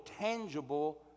tangible